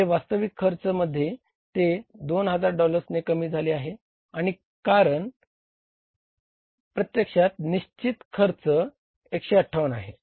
ए वास्तविकतेमध्ये ते 2000 डॉलर्सने कमी झाले आहे कारण प्रत्यक्षात निश्चि त खर्च 158 आहे